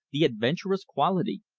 the adventurous quality,